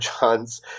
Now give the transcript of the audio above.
john's